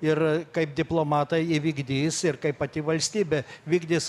ir kaip diplomatai įvykdys ir kaip pati valstybė vykdys